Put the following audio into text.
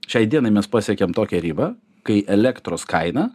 šiai dienai mes pasiekėm tokią ribą kai elektros kaina